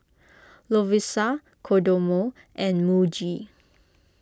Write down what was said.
Lovisa Kodomo and Muji